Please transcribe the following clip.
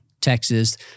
Texas